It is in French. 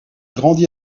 grandit